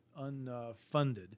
unfunded